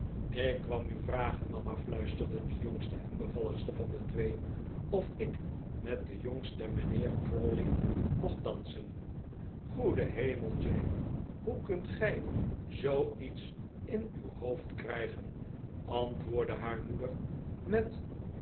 ik kwam u vragen mama fluisterde de jongste en bevalligste van de twee of ik met den jongsten mijnheer crawley mocht dansen goede hemel jane hoe kunt gij zoo lets in uw hoofd krijgen antwoordde haar moeder met